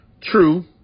True